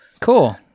Cool